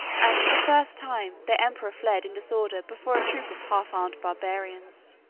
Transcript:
and, for the first time, their emperor fled in disorder before a troop of half-armed barbarians.